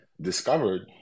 discovered